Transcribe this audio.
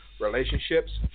relationships